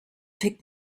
pick